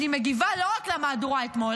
אני מגיבה לא רק למהדורה אתמול,